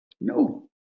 No